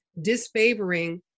disfavoring